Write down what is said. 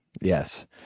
yes